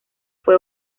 fue